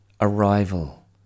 Arrival